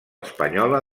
espanyola